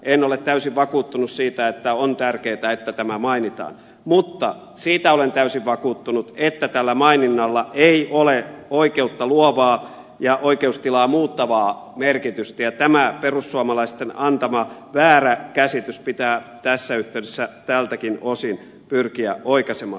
en ole täysin vakuuttunut siitä että on tärkeätä että tämä mainitaan mutta siitä olen täysin vakuuttunut että tällä maininnalla ei ole oikeutta luovaa ja oikeustilaa muuttavaa merkitystä ja tämä perussuomalaisten antama väärä käsitys pitää tässä yhteydessä tältäkin osin pyrkiä oikaisemaan